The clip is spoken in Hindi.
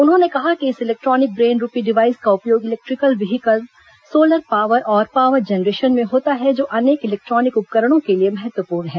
उन्होंने कहा कि इस इलेक्ट्रॉनिक ब्रेन रूपी डिवाइस का उपयोग इलेक्ट्रिकल व्हीकल सोलर पावर और पावर जनरेशन में होता है जो अनेक इलेक्ट्रॉनिक उपकरणों के लिए महत्वपूर्ण है